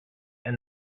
and